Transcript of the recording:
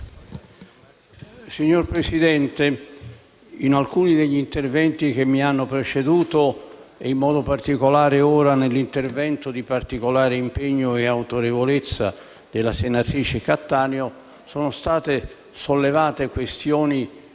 Signor Presidente, in alcuni degli interventi che mi hanno preceduto - in modo particolare, nell'intervento di particolare impegno e autorevolezza della senatrice Cattaneo - sono state sollevate questioni